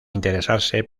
interesarse